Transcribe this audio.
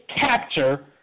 capture